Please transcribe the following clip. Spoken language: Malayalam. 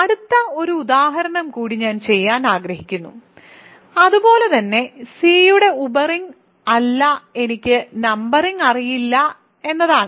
അടുത്ത ഒരു ഉദാഹരണം കൂടി ഞാൻ ചെയ്യാൻ ആഗ്രഹിക്കുന്നു അതുപോലെ തന്നെ C യുടെ ഉപ റിങ് അല്ല എനിക്ക് നമ്പറിംഗ് അറിയില്ല എന്നതാണ്